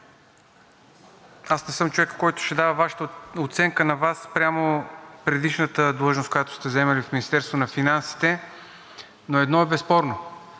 Аз не съм човекът, който ще дава оценка на Вас спрямо предишната длъжност, която сте заемали в Министерството на финансите, но едно е безспорно.